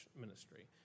ministry